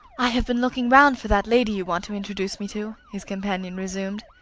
i have been looking round for that lady you want to introduce me to, his companion resumed.